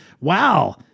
wow